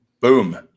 Boom